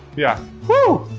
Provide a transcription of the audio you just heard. yeah, whoo,